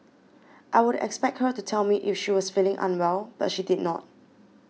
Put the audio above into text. I would expect her to tell me if she was feeling unwell but she did not